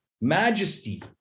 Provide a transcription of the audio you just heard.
majesty